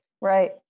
Right